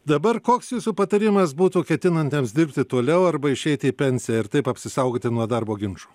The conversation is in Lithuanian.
dabar koks jūsų patarimas būtų ketinantiems dirbti toliau arba išeiti į pensiją ir taip apsisaugoti nuo darbo ginčų